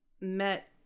met